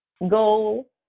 Goal